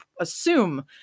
assume